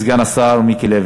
ו-2014),